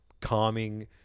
calming